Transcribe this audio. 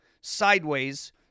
sideways